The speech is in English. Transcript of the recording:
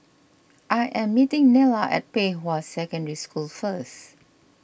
I am meeting Nella at Pei Hwa Secondary School first